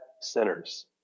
sinners